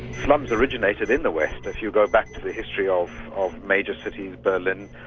slums originated in the west. if you go back to the history um of major cities berlin,